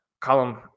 column